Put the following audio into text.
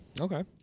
Okay